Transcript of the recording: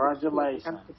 Congratulations